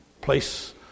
place